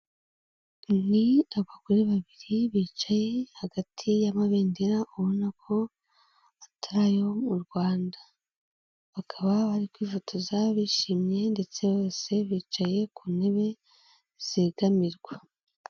Ni abagore babiri bicaye hagati y'amabendera ubona ko atari ayo mu Rwanda. Bakaba bari kwifotoza bishimye ndetse bose bicaye ku ntebe zegamirwa.